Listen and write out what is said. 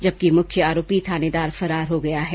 जबकि मुख्य आरोपी थानेदार फरार हो गया है